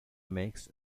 makes